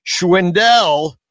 Schwindel